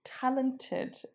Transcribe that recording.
talented